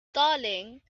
darling